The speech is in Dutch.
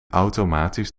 automatisch